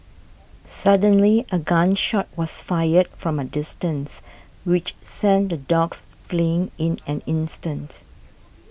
suddenly a gun shot was fired from a distance which sent the dogs fleeing in an instant